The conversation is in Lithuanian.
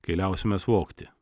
kai liausimės vogti